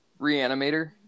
reanimator